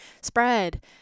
spread